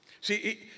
See